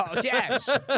yes